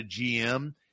GM